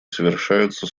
совершаются